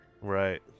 Right